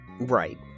Right